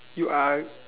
you are